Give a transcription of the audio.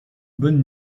bonne